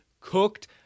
cooked